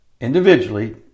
individually